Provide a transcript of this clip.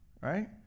Right